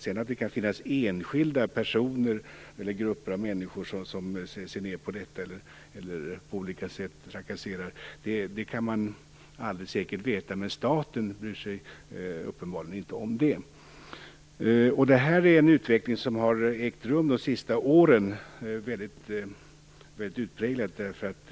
Om det sedan finns enskilda personer eller grupper av människor som på olika sätt trakasserar i sådana fall, kan man aldrig säkert veta, men staten bryr sig uppenbarligen inte om det. Den här utvecklingen har ägt rum mycket utpräglat under de senaste åren.